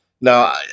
Now